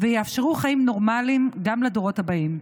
ויאפשרו חיים נורמליים גם לדורות הבאים.